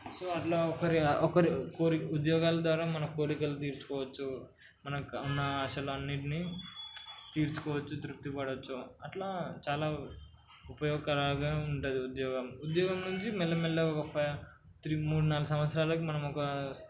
so అట్లా ఒకరి ఒకరి కోరి ఉద్యోగాల ద్వారా మన కోరికలు తీర్చుకోవచ్చు మనం కన్న ఆశలు అన్నింటినీ తీర్చుకోవచ్చు తృప్తి పడవచ్చు అట్లా చాలా ఉపయోగకరంగా ఉంటుంది ఉద్యోగం ఉద్యోగం నుంచి మెల్లమెల్లగా ఒక ఫైవ్ త్రీ మూడు నాలుగు సంవత్సరాలకి మనం ఒక